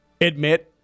admit